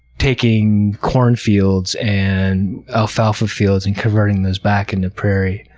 taking corn fields and alfalfa fields and converting those back into prairie,